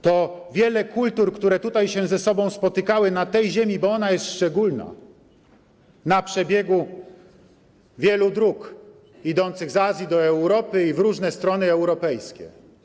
To wiele kultur, które tutaj ze sobą się spotykały, na tej ziemi, bo ona jest szczególna, na przebiegu wielu dróg prowadzących z Azji do Europy i w różne strony europejskie.